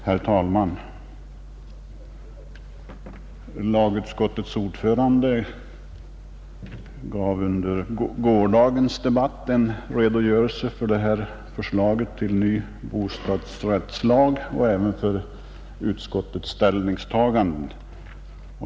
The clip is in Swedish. Herr talman! Lagutskottets ordförande gav under gårdagens debatt en redogörelse för detta förslag till ny bostadsrättslag och även för utskottets ställningstagande.